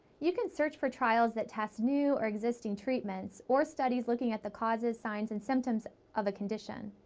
you can search for trials that test new or existing treatments or studies looking at the causes, signs, and symptoms of a condition.